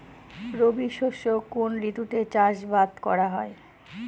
রবি শস্য কোন ঋতুতে চাষাবাদ করা হয়?